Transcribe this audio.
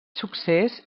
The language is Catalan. succés